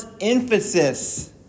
emphasis